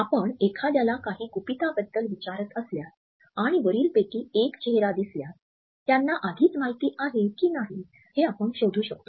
आपण एखाद्याला काही गुपिताबद्दल विचारत असल्यास आणि वरीलपैकी एक चेहरा दिसल्यास त्यांना आधीच माहित आहे की नाही हे आपण शोधू शकतो